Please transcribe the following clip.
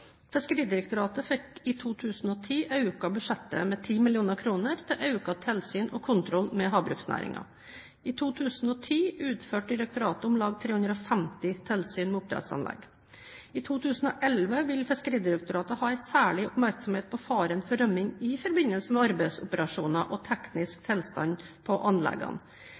Fiskeridirektoratet fikk i 2010 økt budsjettet med 10 mill. kr til økt tilsyn og kontroll med havbruksnæringen. I 2010 utførte direktoratet om lag 350 tilsyn med oppdrettsanlegg. I 2011 vil Fiskeridirektoratet ha en særlig oppmerksomhet på faren for rømming i forbindelse med arbeidsoperasjoner og teknisk tilstand på anleggene.